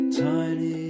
tiny